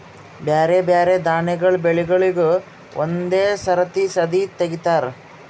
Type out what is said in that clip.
ಬ್ಯಾರೆ ಬ್ಯಾರೆ ದಾನಿಗಳ ಬೆಳಿಗೂಳಿಗ್ ಒಂದೇ ಸರತಿ ಸದೀ ತೆಗಿತಾರ